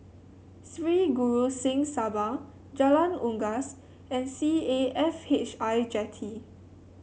Sri Guru Singh Sabha Jalan Unggas and C A F H I Jetty